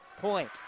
point